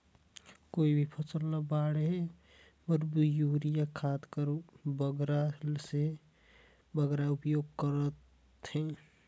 कोई भी फसल ल बाढ़े बर युरिया खाद कर बगरा से बगरा उपयोग कर थें?